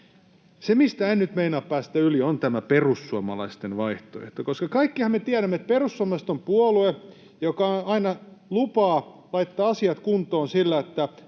Se, mistä en nyt meinaa päästä yli, on tämä perussuomalaisten vaihtoehto, koska kaikkihan me tiedämme, että perussuomalaiset on puolue, joka aina lupaa laittaa asiat kuntoon sillä, että